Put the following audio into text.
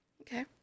Okay